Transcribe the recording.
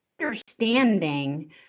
understanding